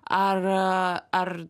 ar ar